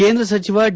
ಕೇಂದ್ರ ಸಚಿವ ಡಿ